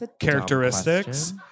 characteristics